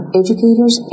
educators